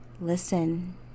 Listen